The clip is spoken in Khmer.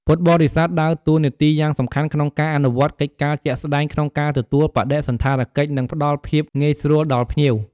ពួកគាត់ជាកម្លាំងចលករដ៏សំខាន់នៅពីក្រោយការរៀបចំ និងការស្វាគមន៍។